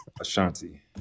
Ashanti